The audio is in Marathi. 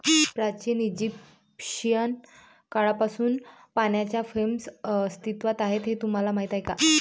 प्राचीन इजिप्शियन काळापासून पाण्याच्या फ्रेम्स अस्तित्वात आहेत हे तुम्हाला माहीत आहे का?